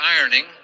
ironing